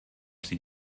sie